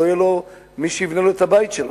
לא יהיה לו מי שיבנה לו את הבית שלו,